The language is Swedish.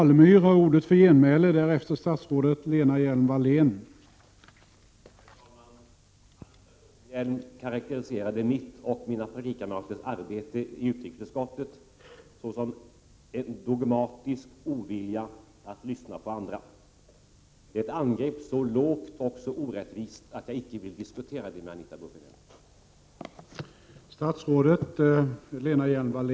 Herr talman! Anita Bråkenhielm karakteriserade mitt och mina partikamraters arbete i utrikesutskottet såsom präglat av en dogmatisk ovilja att lyssna på andra. Det är ett angrepp så lågt och så orättvist att jag icke vill diskutera det med Anita Bråkenhielm.